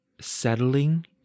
settling